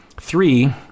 Three